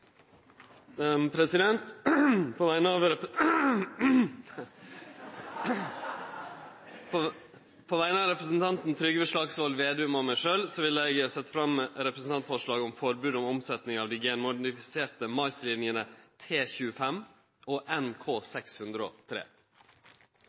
representantforslag. På vegner av representanten Trygve Slagsvold Vedum og meg sjølv vil eg setje fram eit representantforslag om forbod mot omsetning av dei genmodifiserte maislinjene T25 og